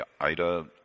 Ida